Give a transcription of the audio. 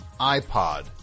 iPod